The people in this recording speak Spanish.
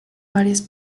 varias